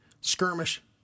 skirmish